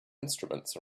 instruments